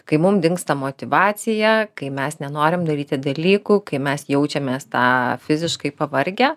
kai mum dingsta motyvacija kai mes nenorim daryti dalykų kai mes jaučiamės tą fiziškai pavargę